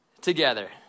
together